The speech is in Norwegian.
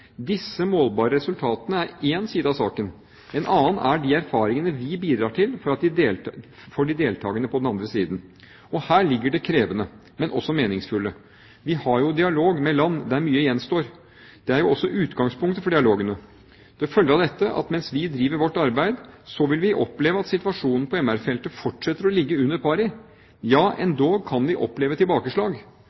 Disse målbare resultatene er én side av saken; en annen er de erfaringene vi bidrar til for de deltakende på den andre siden. Her ligger det krevende, men også meningsfulle. Vi har dialog med land der mye gjenstår, det er jo også utgangspunktet for dialogene. Det følger av dette at mens vi driver vårt arbeid, vil vi oppleve at situasjonen på MR-feltet fortsetter å ligge under pari. Ja, endog kan vi oppleve tilbakeslag.